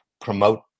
promote